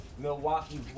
Milwaukee